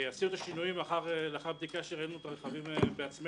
עשינו את השינויים לאחר בדיקה בה ראינו את הרכבים בעצמנו.